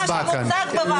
מה שמוצג בוועדה.